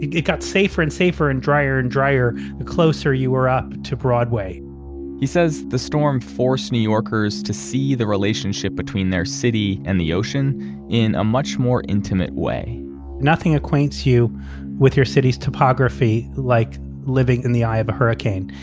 it got safer and safer, and dryer and dryer, the closer you were up to broadway he says the storm forced new yorkers to see the relationship between their city and the ocean in a much more intimate way nothing acquaints you with your city's topography like living in the eye of a hurricane,